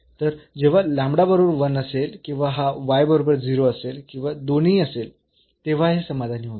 तर जेव्हा बरोबर असेल किंवा हा बरोबर असेल किंवा दोन्ही असेल तेव्हा हे समाधानी होते